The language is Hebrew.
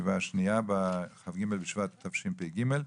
כ"ג בשבט תשפ"ג.